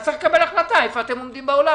אז צריך לקבל החלטה איפה אתם עומדים בעולם.